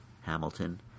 Hamilton